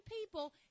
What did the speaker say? people